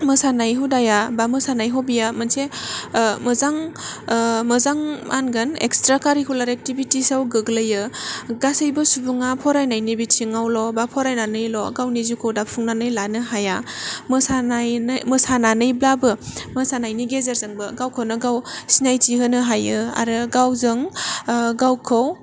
मोसानाय हुदाया बा मोसानाय हबिया मोनसे मोजां मोजां मा होनगोन इक्सट्रा कारिकुलाम एकटिभिटिसआव गोग्लैयो गासैबो सुबुंङा फरायनायनि बिथिङावल' बा फरायनानैल गावनि जिउखौ दाफुंनानै लानो हाया मोसानायनै मोसानानैब्लाबो मोसानायनि गेजेरजोंबो गावखौनो गाव सिनायथि होनो हायो आरो गावजों गावखौ